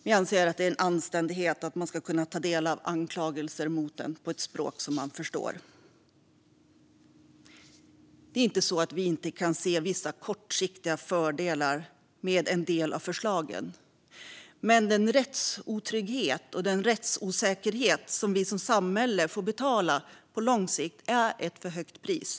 Vi anser att det är en anständighet att man ska kunna ta del av anklagelser mot en på ett språk man förstår. Det är inte så att vi inte kan se vissa kortsiktiga fördelar med en del av förslagen. Men den rättsotrygghet och den rättsosäkerhet som vi som samhälle får betala med på lång sikt är ett för högt pris.